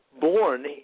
Born